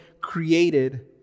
created